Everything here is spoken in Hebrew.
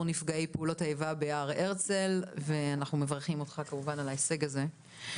נפגעי פעולות האיבה בהר הרצל ואנחנו מברכים אותך כמובן על ההישג הזה,